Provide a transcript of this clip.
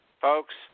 folks